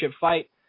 fight